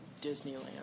Disneyland